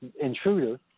intruder